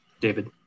David